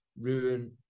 ruin